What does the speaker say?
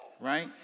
right